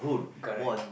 correct